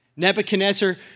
Nebuchadnezzar